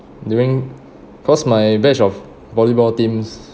during cause my batch of volleyball teams